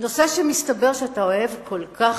נושא שמסתבר שאתה אוהב כל כך